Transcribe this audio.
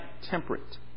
temperate